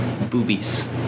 Boobies